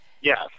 Yes